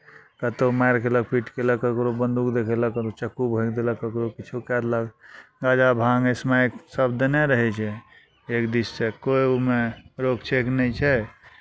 कतहु मारि कयलक पीट कयलक ककरो बन्दूक देखेलक ककरो चक्कू भोँकि देलक ककरो किछो कए देलक गाँजा भाँङ्ग स्मैकसभ देने रहै छै एक दिससँ कोइ ओहिमे रोक छेक नहि छै